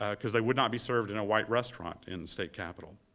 ah because they would not be served in a white restaurant in the state capitol.